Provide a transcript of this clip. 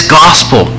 gospel